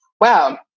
wow